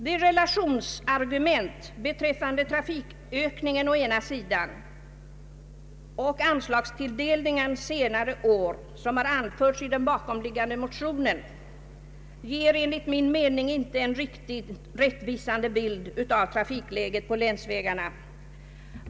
De relationsargument beträffande trafikökningen å ena sidan och anslagstilldelningen under senare år å andra sidan som har anförts i den bakomliggande motionen ger enligt min mening inte en riktigt rättvisande bild av trafikläget på länsvägarna.